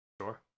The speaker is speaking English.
Sure